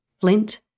flint